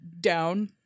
down